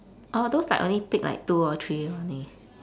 oh those like only pick two or three only